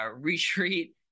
Retreat